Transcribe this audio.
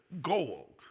gold